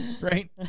right